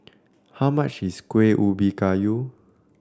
how much is Kuih Ubi Kayu